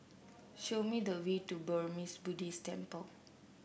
show me the way to Burmese Buddhist Temple